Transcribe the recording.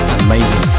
amazing